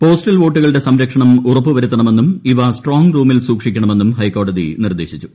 postal വോട്ടുകളുടെ സംരക്ഷണം ഉറപ്പു വരുത്തണമെന്നും ഇവ സ്ട്രോങ്ങ് റുമിൽ സൂക്ഷിക്കണമെന്നും ഹൈക്കോടതി നിർദ്ദേശിച്ചു